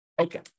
Okay